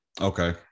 Okay